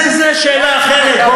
זאת שאלה אחרת.